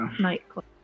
nightclub